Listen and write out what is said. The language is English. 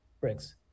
Bricks